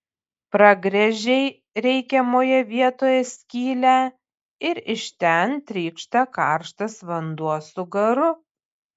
pragręžei reikiamoje vietoje skylę ir iš ten trykšta karštas vanduo su garu